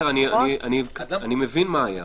אני מבין מה היה,